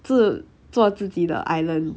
自做自己的 island